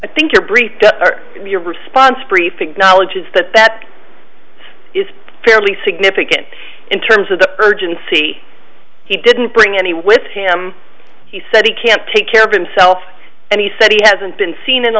i think your brief in your response briefing knowledge is that that is fairly significant in terms of the urgency he didn't bring any with him he said he can't take care of himself and he said he hasn't been seen in a